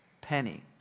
penny